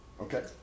Okay